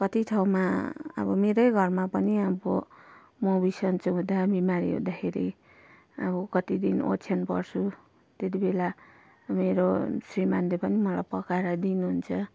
कति ठाउँमा अब मेरै घरमा पनि अब म बिसन्चो हुँदा बिमारी हुँदाखेरि अब कति दिन ओछ्यान पर्छु त्यति बेला मेरो श्रीमान्ले पनि मलाई पकाएर दिनुहुन्छ